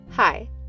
Hi